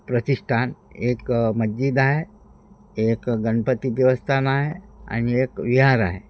प्रतिष्ठान एक मस्जिद आहे एक गणपती देवस्थान आहे आणि एक विहार आहे